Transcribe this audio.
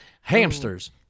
hamsters